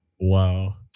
Wow